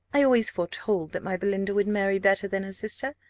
i always foretold that my belinda would marry better than her sister,